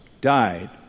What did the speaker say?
died